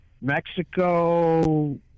Mexico